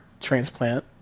transplant